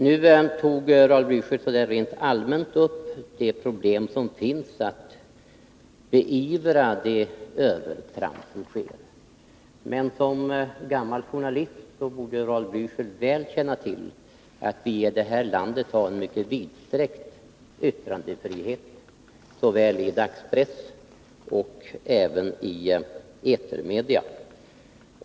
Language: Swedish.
Nu tog Raul Blicher rent allmänt upp de problem som finns när det gäller att beivra de övertramp som sker. Men som gammal journalist borde Raul Blächer väl känna till att vi här i landet har en mycket vidsträckt 83 yttrandefrihet såväl i dagspress som i etermedia.